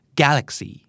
galaxy